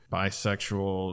bisexual